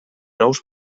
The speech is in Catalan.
nous